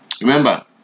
Remember